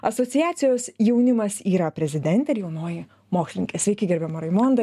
asociacijos jaunimas yra prezidentė ir jaunoji mokslininkė sveiki gerbiama raimonda